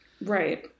Right